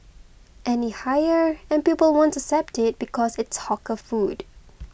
any higher and people won't accept it because it's hawker food